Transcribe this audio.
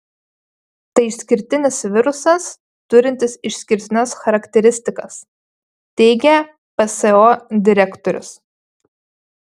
tai išskirtinis virusas turintis išskirtines charakteristikas teigia pso direktorius